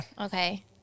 okay